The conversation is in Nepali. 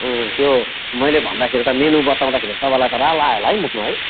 त्यो मैले भन्दाखेरि त मेनु बताउँदाखेरि त तपाईँलाई त राल आयो होला है मुखमा है